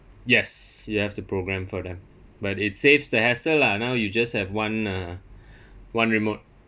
yes you have to programme for them but it saves the hassle lah now you just have one uh one remote